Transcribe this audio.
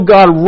God